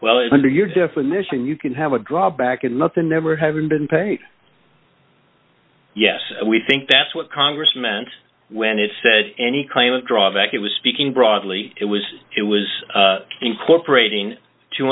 if under your definition you can have a draw back and nothing never having been paid yes we think that's what congress meant when it said any kind of drawback it was speaking broadly it was it was incorporating two